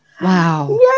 Wow